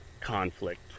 conflict